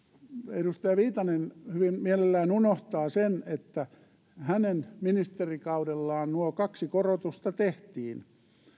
edustaja viitanen hyvin mielellään unohtaa sen että hänen ministerikaudellaan nuo kaksi korotusta tehtiin